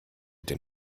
den